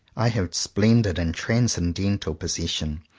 i have a splendid and transcendental possession,